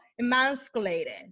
emasculated